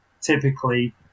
typically